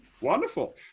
Wonderful